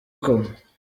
coma